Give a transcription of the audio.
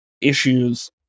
issues